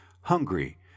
hungry